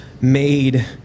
made